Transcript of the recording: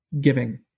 giving